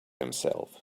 himself